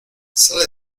sale